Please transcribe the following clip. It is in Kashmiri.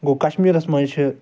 گوٚو کشمیٖرَس مَنٛز چھِ